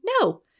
No